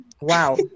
wow